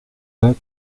pas